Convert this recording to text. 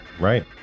Right